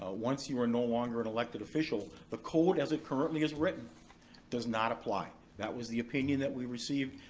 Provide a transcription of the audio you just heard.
ah once you are no longer an elected official, the code as it currently is written does not apply. that was the opinion that we received.